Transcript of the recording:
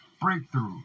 breakthrough